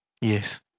Yes